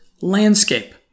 landscape